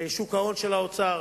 ושוק ההון של האוצר,